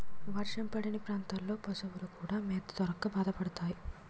వర్షం పడని ప్రాంతాల్లో పశువులు కూడా మేత దొరక్క బాధపడతాయి